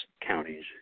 counties